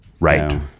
right